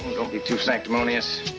don't be too sanctimonious.